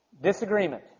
Disagreement